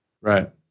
Right